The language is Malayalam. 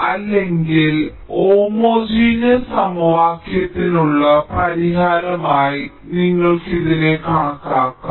അല്ലെങ്കിൽ ഹോമോജിനെസ് സമവാക്യത്തിനുള്ള പരിഹാരമായി നിങ്ങൾക്ക് ഇതിനെ കണക്കാക്കാം